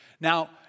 Now